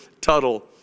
Tuttle